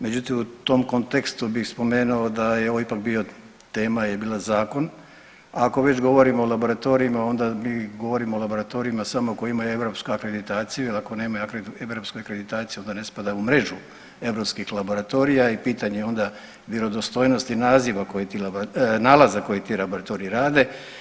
Međutim, u tom kontekstu bih spomenuo da je ovo ipak bila tema zakon, ako već govorimo o laboratorijima onda mi govorimo o laboratorijima samo koji imaju europsku akreditaciju, ako nemaju europsku akreditaciju onda ne spada u mrežu europskih laboratorija i pitanje onda vjerodostojnosti nalaza koje ti laboratoriji rade.